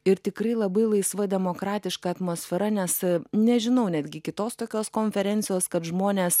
ir tikrai labai laisva demokratiška atmosfera nes nežinau netgi kitos tokios konferencijos kad žmonės